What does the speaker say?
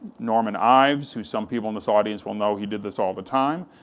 norman ives, who some people in this audience will know, he did this all the time,